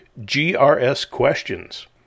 GRSQuestions